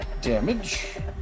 damage